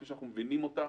כפי שאנחנו מבינים אותה,